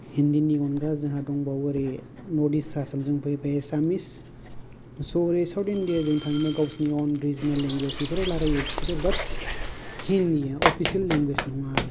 हिन्दीनि अनगा जोंहा दंबावो ओरै नर्थ इस्त आसामजों बै बे एसामिस स' ओरै साउथ इण्डिया जों थाङोब्ला गावसोरनि अउन रिजोनेल लेंगुवेज बेफोराव रायज्लायो बिसोरो बात हिन्दीया अफिसियेल लेंगुवेज नङा आरो